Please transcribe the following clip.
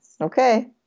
okay